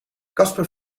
kasper